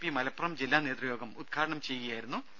P Malappuram ജില്ലാ നേതൃയോഗം ഉദ്ഘാടനം ചെയ്യുകയായിരുന്നു അദ്ദേഹം